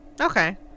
Okay